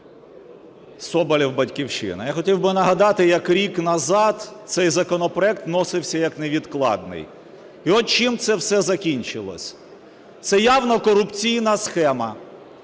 Соболєв, "Батьківщина". Я хотів би нагадати, як рік назад цей законопроект вносився як невідкладний. І от чим це все закінчилось. Це явно корупційна схема,